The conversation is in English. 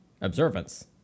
observance